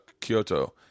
Kyoto